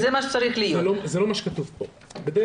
זה לא מה שכתוב כאן.